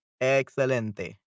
excelente